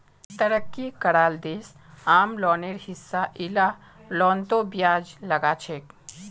तरक्की कराल देश आम लोनेर हिसा इला लोनतों ब्याज लगाछेक